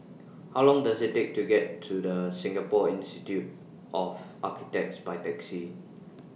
How Long Does IT Take to get to The Singapore Institute of Architects By Taxi